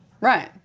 Right